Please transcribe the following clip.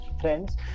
friends